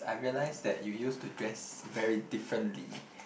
I realise that you used to dress very differently